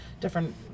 different